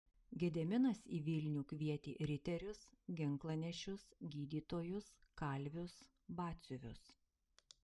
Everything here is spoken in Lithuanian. gediminas į vilnių kvietė riterius ginklanešius gydytojus kalvius batsiuvius